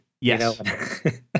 Yes